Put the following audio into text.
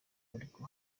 ariko